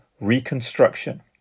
reconstruction